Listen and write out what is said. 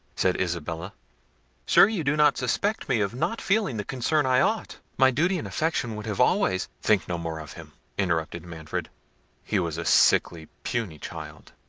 said isabella sure you do not suspect me of not feeling the concern i ought my duty and affection would have always think no more of him, interrupted manfred he was a sickly, puny child,